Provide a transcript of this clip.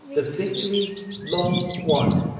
the victory long won.